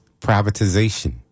privatization